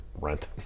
rent